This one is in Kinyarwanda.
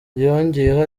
yongeyeho